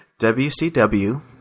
WCW